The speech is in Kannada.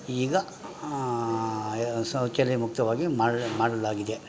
ಈಗ ಕೆರೆ ಮುಕ್ತವಾಗಿ ಮಾಡಲಾಗಿದೆ